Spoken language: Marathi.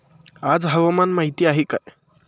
आज हवामान माहिती काय आहे?